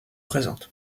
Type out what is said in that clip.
présente